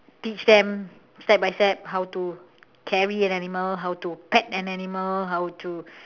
teach them step by step how to carry an animal how to pet an animal how to